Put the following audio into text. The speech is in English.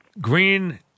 Green